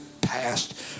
past